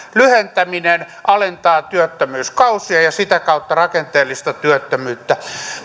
lyhentäminen alentaa työttömyyskausia ja sitä kautta rakenteellista työttömyyttä